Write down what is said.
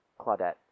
Claudette